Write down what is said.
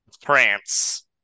France